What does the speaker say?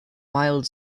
mild